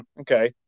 okay